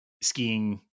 skiing